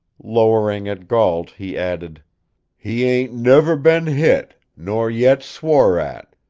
lowering at gault, he added he ain't never been hit, nor yet swore at.